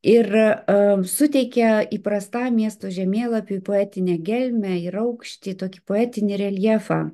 ir suteikia įprastam miesto žemėlapiui poetinę gelmę ir aukštį tokį poetinį reljefą